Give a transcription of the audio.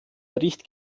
bericht